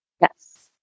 Yes